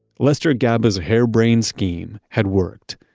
lester gaba's harebrained scheme had worked.